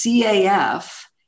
CAF